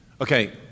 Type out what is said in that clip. Okay